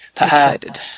excited